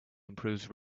improves